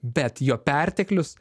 bet jo perteklius